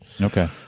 Okay